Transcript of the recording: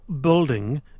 building